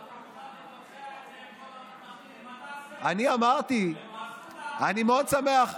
המתנחלים מה תעשה איתם, אני מאוד שמח,